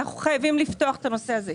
אנחנו חייבים לפתוח את הנושא הזה.